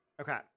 okay